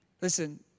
Listen